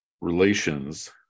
relations